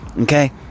okay